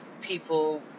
people